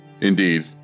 indeed